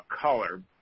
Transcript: color